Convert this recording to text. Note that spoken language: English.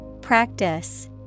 Practice